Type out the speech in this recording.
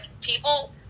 people